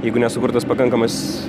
jeigu nesukurtas pakankamas